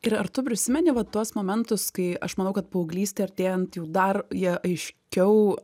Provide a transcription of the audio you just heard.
ir ar tu prisimeni va tuos momentus kai aš manau kad paauglystei artėjant jau dar jie aiškiau